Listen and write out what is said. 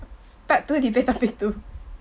part two debate topic two